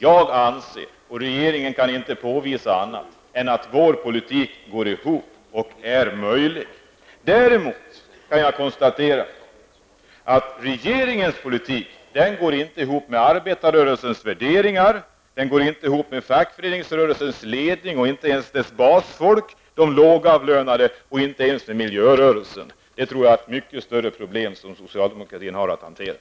Jag anser att -- regeringen kan inte heller påvisa något annat -- vår politik går ihop och är möjlig. Däremot kan jag konstatera att regeringens politik inte går ihop med arbetarrörelsens värderingar, inte med fackföreningsrörelsens ledning och inte ens med dess basfolk, de lågavlönade, inte heller med miljörörelsen. Där tror jag att socialdemokratin har ett stort problem att hantera.